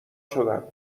شدم